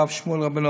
הרב שמואל רבינוביץ,